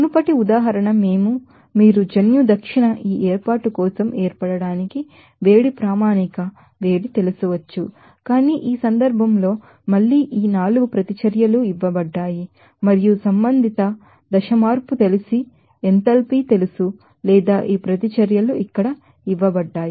మునుపటి ఉదాహరణ జీన్ సౌత్ ఈ ఏర్పాటు కోసం ఏర్పడటానికి వేడి స్టాండర్డ్ హీట్ తెలుసు లెక్కించవచ్చు కానీ ఈ సందర్భంలో మళ్ళీ ఈ 4 ప్రతిచర్యలు ఇవ్వబడ్డాయి మరియు సంబంధిత మీరు దశ మార్పు తెలుసు ఎంథాల్పీ తెలుసు లేదా ఈ ప్రతిచర్యలు ఇక్కడ ఇవ్వబడ్డాయి